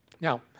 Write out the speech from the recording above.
Now